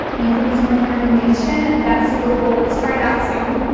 make it into an animation. that's super cool, and let's try that soon.